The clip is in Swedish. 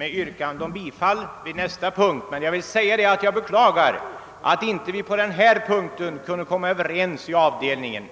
yrkande om bifall vid nästa punkt men vill framhålla att jag beklagar att vi inte under denna punkt kunde komma överens i avdelningen.